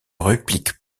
réplique